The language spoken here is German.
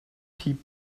piep